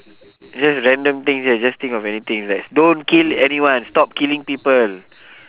just random things eh just think of anything like don't kill anyone stop killing people